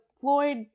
Floyd